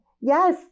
Yes